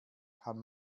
kann